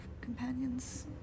companions